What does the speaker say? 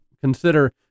consider